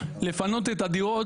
לפנות את הדירות,